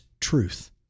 truth